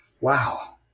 wow